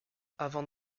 avant